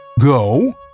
Go